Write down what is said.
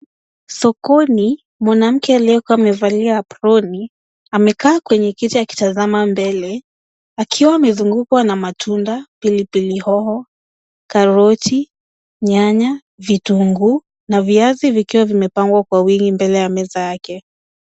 Sokoni, mwanamke aliyevaa apron amekaa kwenye kiti akiuza dagaa, akiwa amezungukwa na matunda, pilipili hoho, karoti, nyanya, vitunguu na viazi vilivyopangwa kwa wingi mbele ya meza yake.